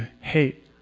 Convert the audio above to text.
hate